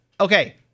okay